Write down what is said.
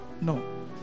No